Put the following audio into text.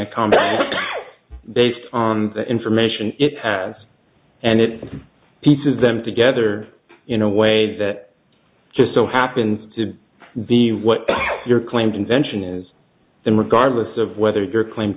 a comment based on the information it has and it pieces them together in a way that just so happens to be what your claimed invention is then regardless of whether your claims